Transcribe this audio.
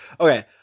Okay